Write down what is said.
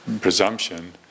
presumption